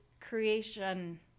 creation